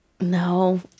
No